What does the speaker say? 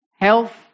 health